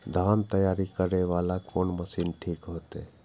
धान तैयारी करे वाला कोन मशीन ठीक होते?